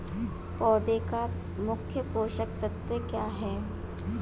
पौधे का मुख्य पोषक तत्व क्या हैं?